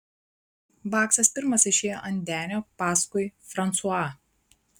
baksas pirmas išėjo ant denio paskui fransuą